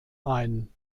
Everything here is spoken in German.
ein